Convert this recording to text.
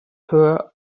her